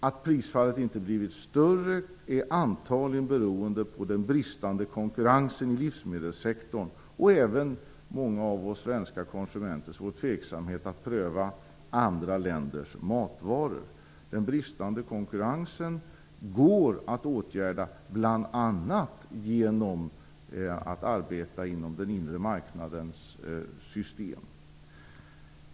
Att prisfallet inte har blivit större beror antagligen på den bristande konkurrensen inom livsmedelssektorn och även på tveksamhet från många av våra svenska konsumenter att pröva andra länders matvaror. Den bristande konkurrensen går att åtgärda bl.a. genom arbete inom den inre marknadens system.